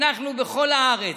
אנחנו בכל הארץ.